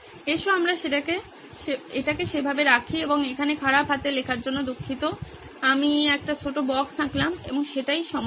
আসুন আমরা এটাকে সেভাবে রাখি এবং এখানে খারাপ হাতের লেখার জন্য দুঃখিত আমি একটি ছোট বক্স আঁকলাম এবং সেটাই সমস্যা